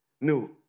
new